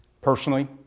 personally